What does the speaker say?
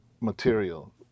material